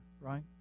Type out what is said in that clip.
right